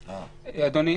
אדוני,